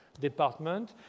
department